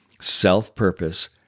self-purpose